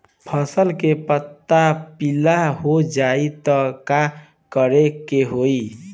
फसल के पत्ता पीला हो जाई त का करेके होई?